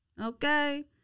okay